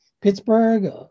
Pittsburgh